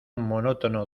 monótono